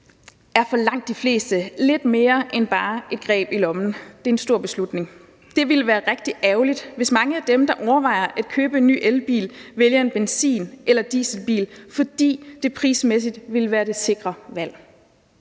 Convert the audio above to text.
er for langt de fleste lidt mere end bare et greb i lommen. Det er en stor beslutning. Det vil være rigtig ærgerligt, hvis mange af dem, der overvejer at købe en ny elbil, vælger en benzin- eller dieselbil, fordi det prismæssigt vil være det sikre valg.